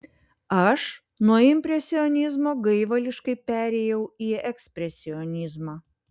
aš nuo impresionizmo gaivališkai perėjau į ekspresionizmą